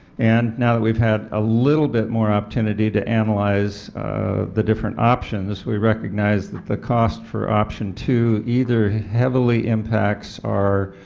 and now that we've had a little bit more opportunity to analyze the different options, we recognize that the cost for option two either heavily impacts our